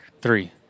Three